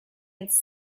its